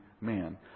man